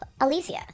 Alicia